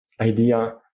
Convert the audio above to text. idea